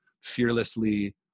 fearlessly